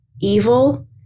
evil